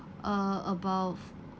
uh about